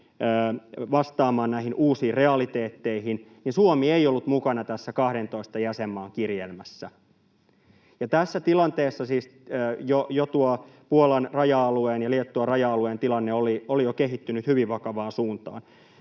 vastaamaan näihin uusiin realiteetteihin, niin Suomi ei ollut mukana tässä 12 jäsenmaan kirjelmässä. Ja tässä tilanteessa siis tuo Puolan raja-alueen ja Liettuan raja-alueen tilanne oli jo kehittynyt hyvin vakavaan suuntaan.